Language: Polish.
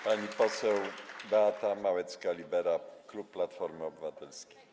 Pani poseł Beata Małecka-Libera, klub Platformy Obywatelskiej.